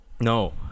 no